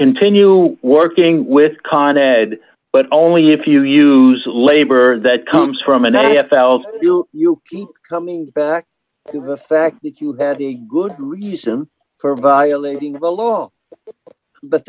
continue working with con ed but only if you use labor that comes from an a f l so you keep coming back to the fact that you had a good reason for violating the law but